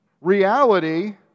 reality